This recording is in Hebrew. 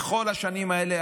בכל השנים האלה,